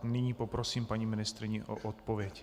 Nyní poprosím paní ministryni o odpověď.